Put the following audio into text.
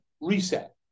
reset